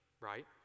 right